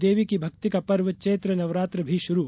देवी की भक्ति का पर्व चैत्रनवरात्र भी शुरू